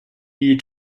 you